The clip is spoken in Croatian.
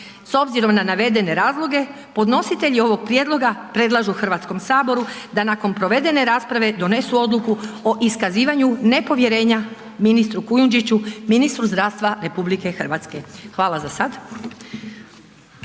S obzirom na navedene razloge podnositelji ovog prijedloga predlažu Hrvatskom saboru da nakon provedene rasprave donesu odluku o iskazivanju nepovjerenja ministru Kujundžiću, ministru zdravstva RH. Hvala za sad.